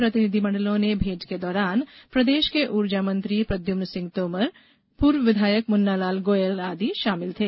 प्रतिनिधिमंडलों से भेंट के दौरान प्रदेश के ऊर्जा मंत्री प्रदुम्न सिंह तोमर पूर्व विधायक मुन्नालाल गोयल आदि मौजूद थे